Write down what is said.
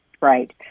Right